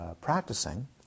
practicing